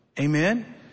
Amen